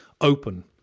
open